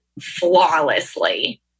flawlessly